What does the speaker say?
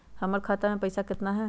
हमर खाता मे पैसा केतना है?